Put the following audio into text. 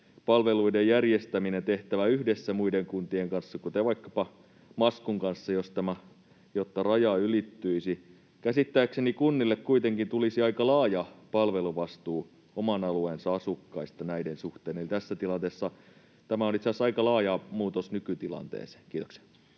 palveluiden järjestäminen tehtävä yhdessä muiden kuntien kanssa, kuten vaikkapa Maskun kanssa, jotta raja ylittyisi? Käsittääkseni kunnille kuitenkin tulisi aika laaja palveluvastuu oman alueensa asukkaista näiden suhteen, eli tässä tilanteessa tämä on itse asiassa aika laaja muutos nykytilanteeseen. — Kiitoksia.